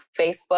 Facebook